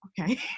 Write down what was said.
okay